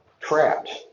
trapped